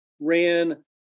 ran